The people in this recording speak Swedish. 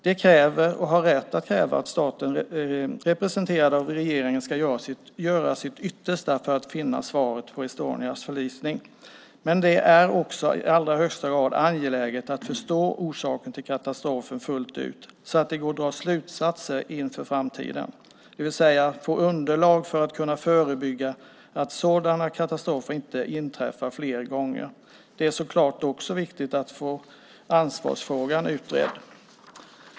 De kräver, och har rätt att kräva, att staten representerad av regeringen ska göra sitt yttersta för att finna svaret på Estonias förlisning. Det är också i allra högsta grad angeläget att förstå orsaken till katastrofen fullt ut så att det går att dra slutsatser inför framtiden, det vill säga att få underlag för att kunna förebygga att sådana katastrofer inträffar fler gånger. Det är naturligtvis också viktigt att få ansvarsfrågan utredd.